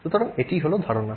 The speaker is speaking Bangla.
সুতরাং এটিই হল ধারণা